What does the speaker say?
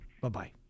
Bye-bye